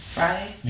Friday